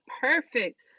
perfect